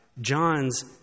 John's